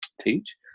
teach